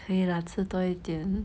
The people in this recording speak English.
可以 lah 吃多一点